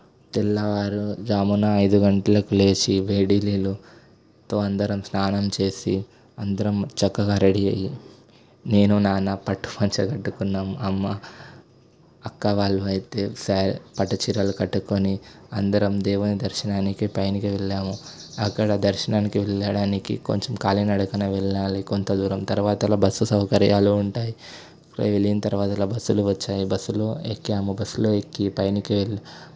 తెల్లవారుజామున ఐదు గంటలకు లేసి వేడి నీళ్ళతో అందరం స్నానం చేసి అందరం చక్కగా రెడీ అయి నేను నాన్న పట్టుపంచ కట్టుకున్నాము అమ్మ అక్క వాళ్ళు అయితే సారీ పట్టు చీరలు కట్టుకొని అందరం దేవుని దర్శనానికి పైనకి వెళ్ళాము అక్కడ దర్శనానికి వెళ్ళడానికి కొంచెం ఖాళీ నడకన వెళ్ళాలి కొంత దూరం తరువాతల బస్సు సౌకర్యాలు ఉంటాయి వెళ్ళిన తరువాత బస్సులు వచ్చాయి బస్సులో ఎక్కాము బస్సులో ఎక్కి పైనకి వెళ్ళి